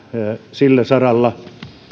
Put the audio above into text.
sillä saralla